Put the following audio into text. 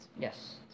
Yes